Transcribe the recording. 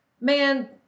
Man